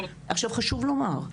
עכשיו חשוב לומר,